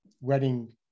wedding